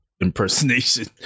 impersonation